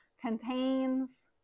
contains